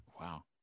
Wow